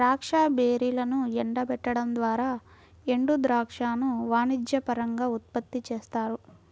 ద్రాక్ష బెర్రీలను ఎండబెట్టడం ద్వారా ఎండుద్రాక్షను వాణిజ్యపరంగా ఉత్పత్తి చేస్తారు